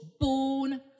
Born